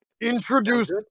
Introduce